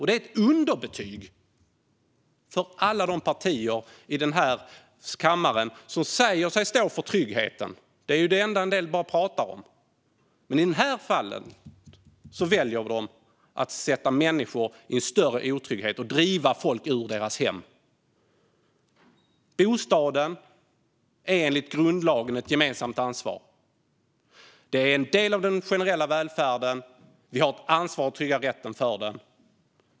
Det är ett underbetyg för alla de partier i den här kammaren som säger sig stå för tryggheten - det är ju det enda en del av dem pratar om - att de väljer att försätta människor i en större otrygghet och driva folk ur deras hem. Bostaden är enligt grundlagen ett gemensamt ansvar. Det är en del av den generella välfärden. Vi har ett ansvar att trygga rätten till den.